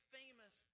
famous